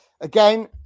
again